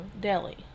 Delhi